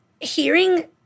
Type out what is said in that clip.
hearing